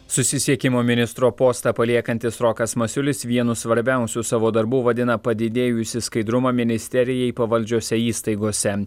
susisiekimo ministro postą paliekantis rokas masiulis vienu svarbiausių savo darbų vadina padidėjusį skaidrumą ministerijai pavaldžiose įstaigose